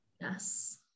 Yes